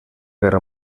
guerra